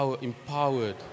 empowered